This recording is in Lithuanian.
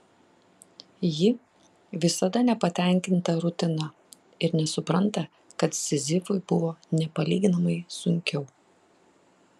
ji visada nepatenkinta rutina ir nesupranta kad sizifui buvo nepalyginamai sunkiau